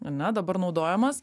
ane dabar naudojamas